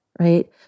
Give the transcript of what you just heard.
right